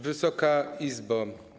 Wysoka Izbo!